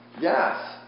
Yes